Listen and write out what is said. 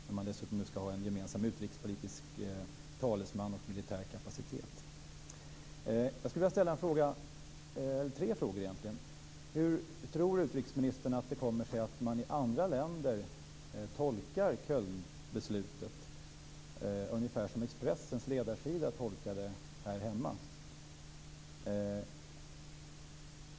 Dessutom skall man ju nu ha en gemensam utrikespolitisk talesman och militär kapacitet. Jag skulle vilja ställa tre frågor. Hur tror utrikesministern att det kommer sig att man i andra länder tolkar beslutet i Köln ungefär som Expressens ledarsida tolkar det här hemma?